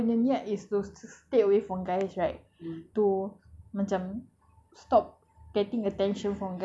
when you wear niqab right dia punya niat is to stay away from guys right to macam